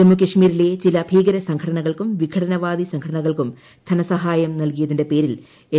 ജമ്മു കാശ്മീരിലെ ചില ഭീകര സംഘടനകൾക്കും വിഘടനവാദി സംഘടനകൾക്കും ധനസഹായം നൽകിയതിന്റെ പേരിൽ എൻ